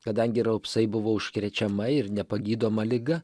kadangi raupsai buvo užkrečiama ir nepagydoma liga